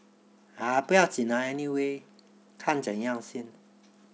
ah 不要紧 lah anyway 看怎样先